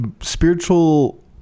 spiritual